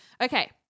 Okay